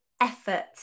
effort